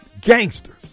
Gangsters